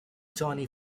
johnny